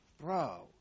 Bro